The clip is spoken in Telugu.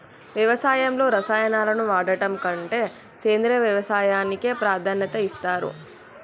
వ్యవసాయంలో రసాయనాలను వాడడం కంటే సేంద్రియ వ్యవసాయానికే ప్రాధాన్యత ఇస్తరు